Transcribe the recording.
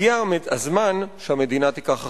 הגיע באמת הזמן שהמדינה תיקח אחריות.